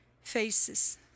faces